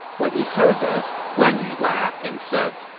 when he heard this, guan yu laughed and said,